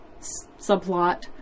subplot